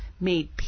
made